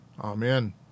Amen